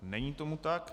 Není tomu tak.